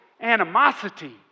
animosity